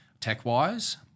tech-wise